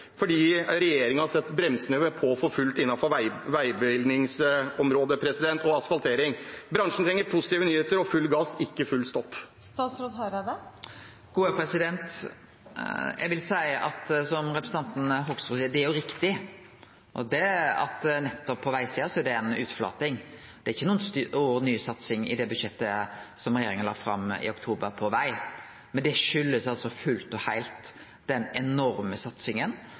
fordi regjeringen har satt bremsene på for fullt for bevilgninger til veiområdet og asfaltering. Bransjen trenger positive nyheter og full gass – ikke full stopp. Eg vil seie at det representanten Hoksrud seier, er riktig. Nettopp på vegsida er det ei utflating. Det er inga ny satsing i det budsjettet som regjeringa la fram i oktober på veg, men det kjem fullt og heilt av den enorme satsinga